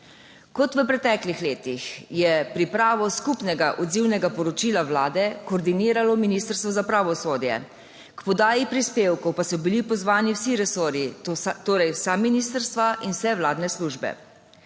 Kot v preteklih letih je pripravo skupnega odzivnega poročila Vlade koordiniralo Ministrstvo za pravosodje, k podaji prispevkov pa so bili pozvani vsi resorji, torej vsa ministrstva in vse vladne službe.